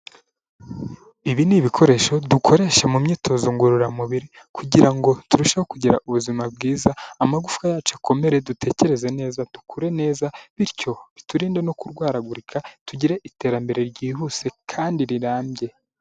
Ibi ni ibikoresho dukoresha mu myitozo ngororamubiri kugira ngo turusheho kugira ubuzima bwiza amagufwa yacu akomere, dutekereze neza dukure neza, bityo biturinde no kurwaragurika tugire iterambere ryihuse kandi rirambye.